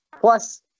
Plus